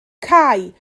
cau